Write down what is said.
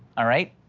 all right,